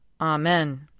Amen